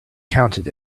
counted